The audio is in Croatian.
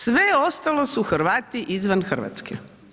Sve ostalo su Hrvati izvan Hrvatske.